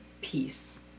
peace